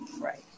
right